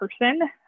person